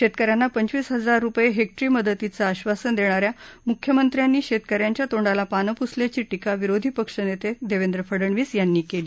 शेतकऱ्यांना पंचवीस हजार रुपये हेक्टरी मदतीचं आब्बासन देणाऱ्या मुख्यमंत्र्यांनी शेतकऱ्यांच्या तोंडाला पानं प्सल्याची टीका विरोधी पक्षनेते देवेंद्र फडणवीस यांनी केली